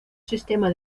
sistema